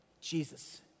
Jesus